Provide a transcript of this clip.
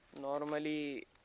Normally